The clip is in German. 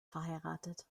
verheiratet